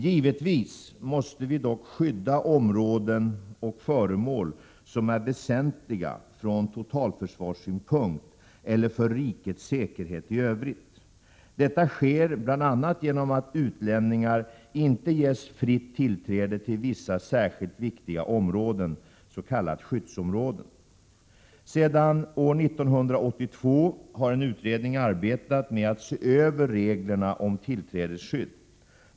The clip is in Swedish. Givetvis måste vi dock skydda områden och föremål som är väsentliga från totalförsvarssynpunkt eller för rikets säkerhet i övrigt. Detta sker bl.a. genom att utlänningar inte ges fritt tillträde till vissa särskilt viktiga områden, s.k. skyddsområden. Sedan år 1982 har en utredning arbetat med att se över reglerna om tillträdesskydd.